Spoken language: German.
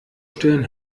stellen